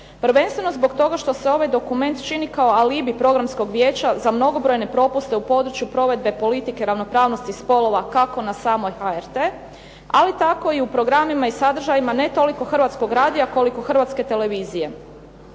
Prvenstveno zbog toga što se ovaj dokument čini kao alibi Programskog vijeća za mnogobrojne propuste u području provedbe politike ravnopravnosti spolova kako na samoj HRT, ali tako i u programima i sadržajima, ne toliko Hrvatskog radija, koliko Hrvatske televizije.